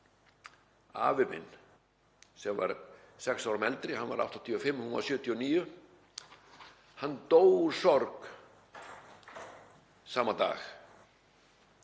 Afi minn sem var sex árum eldri, hann var 85 ára, hún var 79, dó úr sorg sama dag.